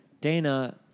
Dana